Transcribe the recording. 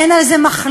אין על זה מחלוקת.